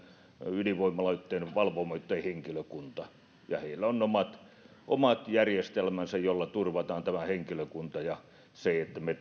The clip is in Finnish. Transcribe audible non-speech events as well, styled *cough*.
ydinvoimaloitten valvomoitten henkilökunta ja heillä on omat omat järjestelmänsä joilla turvataan henkilökunta ja se että me *unintelligible*